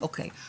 אוקיי.